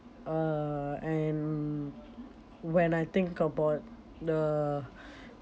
uh and when I think about the